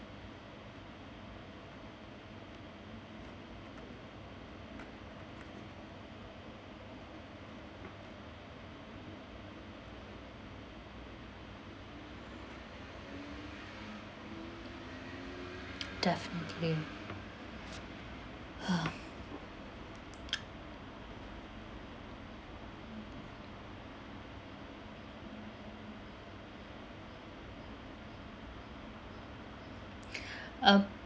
definitely a